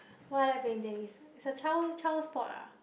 why i like playing tennis it's a child child sport ah